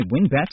WinBet